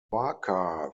barker